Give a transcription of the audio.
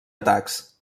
atacs